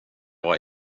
var